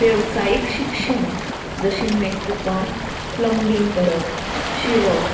वेवसायीक शिक्षण जशें मेस्तपण प्लंबींग करप शिंवप